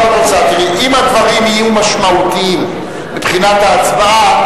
אם הדברים יהיו משמעותיים מבחינת ההצבעה,